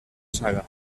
saga